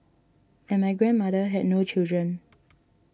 and my grandmother had no children